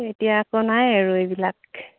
এতিয়া আকৌ নাই আৰু এইবিলাক